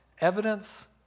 evidence